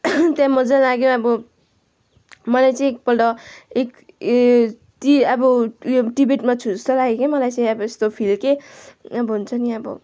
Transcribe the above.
त्यहाँ मजा लाग्यो अब मैले चाहिँ एकपल्ट एक अब टिबेटमा छु जस्तै लाग्यो क्या मलाई चाहिँ अब यस्तो फिल क्या अब हुन्छ अनि अब